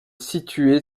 située